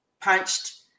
punched